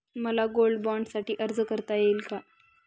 मला गोल्ड बाँडसाठी अर्ज करता येईल का?